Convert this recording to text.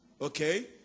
okay